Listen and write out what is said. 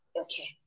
Okay